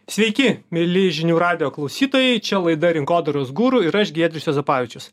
sveiki mieli žinių radijo klausytojai čia laida rinkodaros guru ir aš giedrius juozapavičius